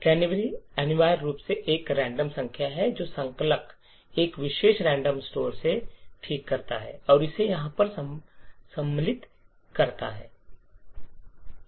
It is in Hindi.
कैनरी अनिवार्य रूप से एक रैंडम संख्या है जो संकलक एक विशेष रैंडम स्टोर से ठीक करता है और इसे यहां पर सम्मिलित करता है